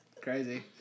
crazy